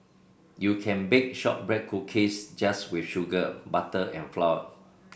you can bake shortbread cookies just with sugar butter and flour